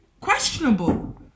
questionable